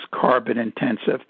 carbon-intensive